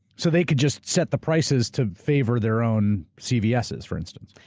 so they can just set the prices to favor their own cvss, for instance.